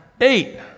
eight